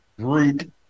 group